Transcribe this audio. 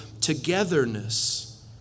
togetherness